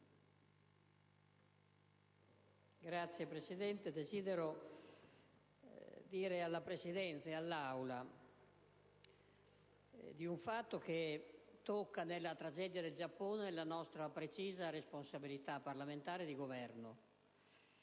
Signor Presidente, desidero riferire alla Presidenza e all'Aula di un fatto che tocca nella tragedia del Giappone la nostra precisa responsabilità parlamentare e di Governo.